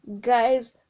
guys